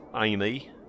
Amy